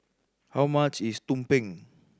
how much is tumpeng